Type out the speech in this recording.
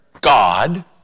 God